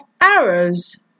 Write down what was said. Arrows